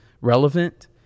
relevant